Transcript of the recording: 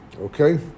Okay